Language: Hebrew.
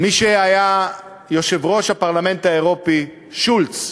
מי שהיה יושב-ראש הפרלמנט האירופי, שולץ,